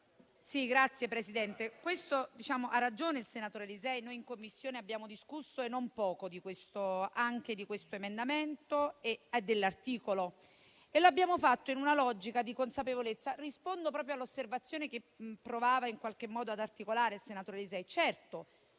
Signor Presidente, ha ragione il senatore Lisei: in Commissione abbiamo discusso, e non poco, anche di questo emendamento e dell'articolo; lo abbiamo fatto in una logica di consapevolezza. Rispondo proprio alle osservazioni che provava in qualche modo ad articolare il senatore Lisei: